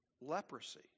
leprosy